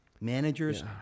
Managers